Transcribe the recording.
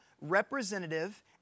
representative